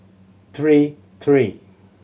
three three